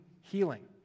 healing